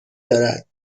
دارد